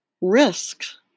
risks